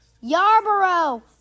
Yarborough